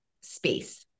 space